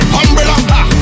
umbrella